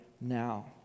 now